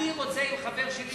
אני וחבר שלי,